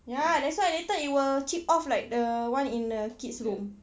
ya that's why later it will chip off like the one in uh kids room